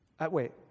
Wait